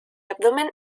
abdomen